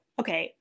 okay